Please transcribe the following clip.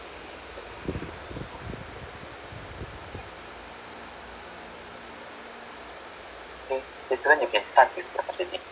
so this time you can start with